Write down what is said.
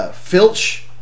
Filch